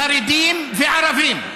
בחרדים ובערבים.